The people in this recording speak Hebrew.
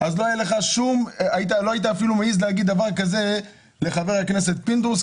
אז לא היית אפילו מעז להגיד דבר כזה לחבר הכנסת פינדרוס,